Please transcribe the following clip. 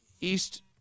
East